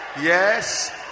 yes